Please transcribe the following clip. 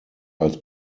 als